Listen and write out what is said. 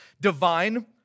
divine